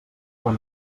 quan